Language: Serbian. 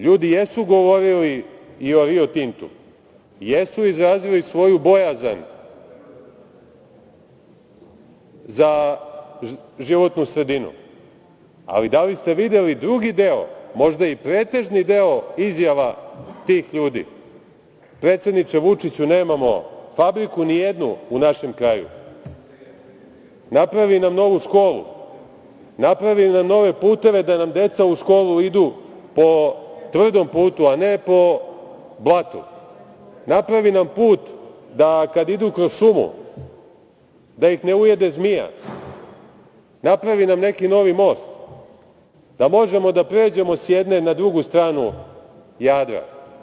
Ljudi jesu govorili i o "Rio Tintu", jesu izrazili svoju bojazan za životnu sredinu, ali da li ste videli drugi deo, možda i pretežni deo izjava tih ljudi - predsedniče Vučiću, nemamo fabriku nijednu u našem kraju, napravi nam novu školu, napravi nam nove puteve da nam deca u školu idu po tvrdom putu, a ne po blatu, napravi nam put da kad idu kroz šumu, da ih ne ujede zmija, napravi nam neki novi most da možemo da pređemo sa jedne na drugu stranu Jadra?